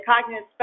cognitive